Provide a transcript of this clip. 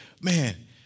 man